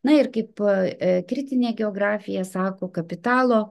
na ir kaip kritinė geografija sako kapitalo